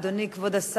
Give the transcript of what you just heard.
אדוני, כבוד השר.